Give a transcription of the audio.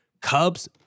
Cubs